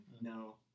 No